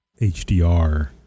HDR